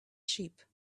sheep